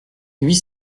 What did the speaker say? huit